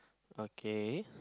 okay